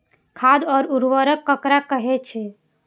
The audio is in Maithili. खाद और उर्वरक ककरा कहे छः?